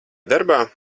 darbā